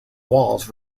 walls